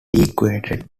equated